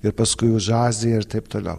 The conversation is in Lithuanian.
ir paskui už aziją ir taip toliau